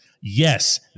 yes